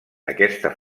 aquesta